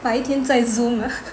白天在 Zoom